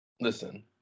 Listen